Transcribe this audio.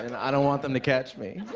i don't want them to catch me.